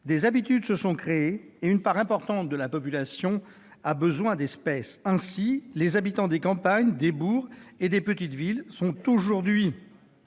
des habitudes se sont créées, et une part importante de la population a besoin d'espèces. Les habitants des campagnes, des bourgs et des petites villes ont aujourd'hui